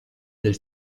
del